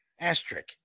asterisk